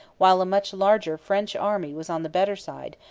while a much larger french army was on the better side,